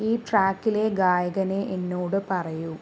ഈ ട്രാക്കിലെ ഗായകനെ എന്നോട് പറയൂ